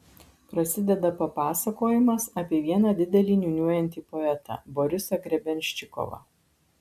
prasideda papasakojimas apie vieną didelį niūniuojantį poetą borisą grebenščikovą